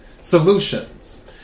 solutions